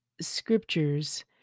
scriptures